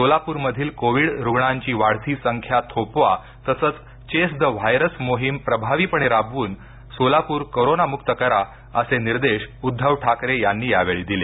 सोलापूरमधील Covid रुग्णांची वाढती संख्या थोपवा तसंच चेस दि व्हायरस मोहीम प्रभावीपणे राबवून सोलापूर कोरोनामुक्त करा असे निर्देश उद्धव ठाकरे यांनी यावेळी दिले